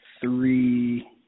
three